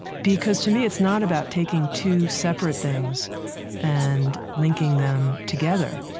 because to me, it's not about taking two separate things and linking them together.